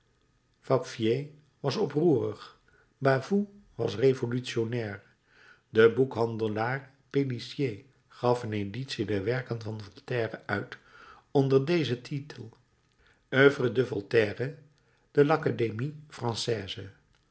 was oproerig bavoux was revolutionnair de boekhandelaar pelicier gaf een editie der werken van voltaire uit onder dezen titel oeuvres de voltaire de l'academie française